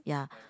ya